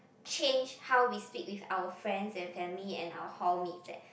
change how we speak with our friends and family and our hall mates eh